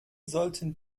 sollten